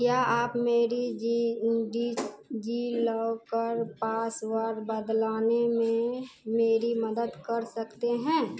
क्या आप मेरी जी डिज़िलॉकर पासवर्ड बदलाने में मेरी मदद कर सकते हैं मेरी मेरी मौजूदा खाते की जानकारी जाॅन डी एक सौ तेइस और अड़तालिस निन्यानवे अनठानवे ज़ीरो पाँच सौ उनसठ है